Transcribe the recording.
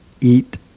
Eat